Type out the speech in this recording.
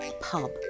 pub